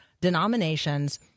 denominations